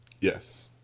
Yes